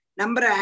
number